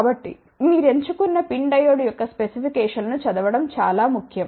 కాబట్టి మీరు ఎంచు కున్న PIN డయోడ్ యొక్క స్పెసిఫికేషన్లను చదవడం చాలా ముఖ్యం